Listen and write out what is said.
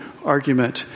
Argument